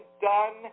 done